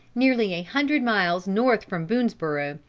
nearly a hundred miles north from boonesborough,